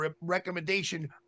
recommendation